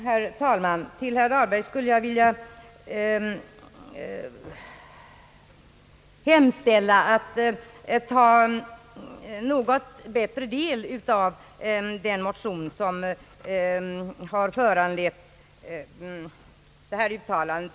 Herr talman! Till herr Dahlberg skulle jag vilja hemställa att något bättre ta del av den motion som har föranlett utskottets uttalande.